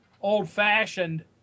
old-fashioned